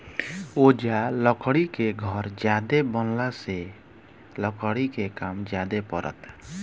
ओजा लकड़ी के घर ज्यादे बनला से लकड़ी के काम ज्यादे परता